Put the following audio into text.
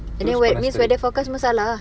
terus panas terik